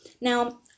Now